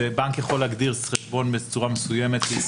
בנק יכול להגדיר חשבון בצורה מסוימת כעסקי.